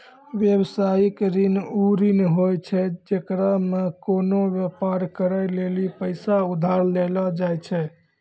व्यवसायिक ऋण उ ऋण होय छै जेकरा मे कोनो व्यापार करै लेली पैसा उधार लेलो जाय छै